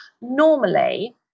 normally